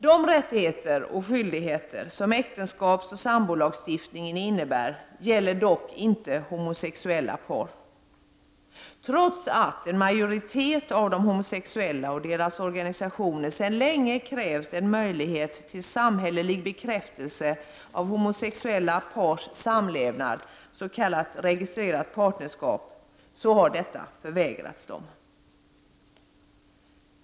De rättigheter och skyldigheter som äktenskapsoch sambolagstiftningen innebär gäller dock inte homosexuella par. Trots att en majoritet av de homosexuella och deras organisationer sedan länge krävt en möjlighet till samhällelig bekräftelse av homosexuella pars samlevnad, s.k. registrerat partnerskap, har detta förvägrats dem.